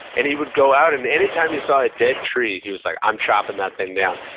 and he would go out, and anytime he saw a dead tree, he was like, i'm chopping that thing down.